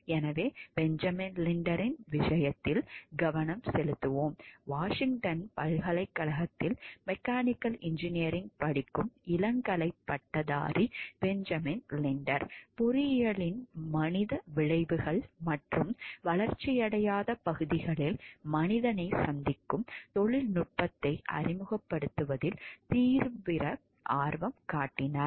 எனவே பெஞ்சமின் லிண்டரின் விஷயத்தில் கவனம் செலுத்துவோம் வாஷிங்டன் பல்கலைக்கழகத்தில் மெக்கானிக்கல் இன்ஜினியரிங் படிக்கும் இளங்கலை பட்டதாரி பெஞ்சமின் லிண்டர் பொறியியலின் மனித விளைவுகள் மற்றும் வளர்ச்சியடையாத பகுதிகளில் மனிதனைச் சந்திக்கும் தொழில்நுட்பத்தை அறிமுகப்படுத்துவதில் தீவிர ஆர்வம் காட்டினார்